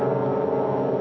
or